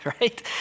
right